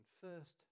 First